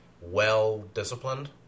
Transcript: well-disciplined